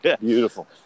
Beautiful